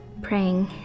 praying